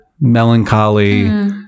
melancholy